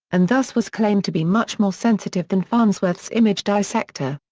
and thus was claimed to be much more sensitive than farnsworth's image dissector.